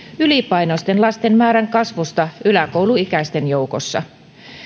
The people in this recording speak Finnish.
ylipainoisten lasten määrän kasvusta yläkouluikäisten joukossa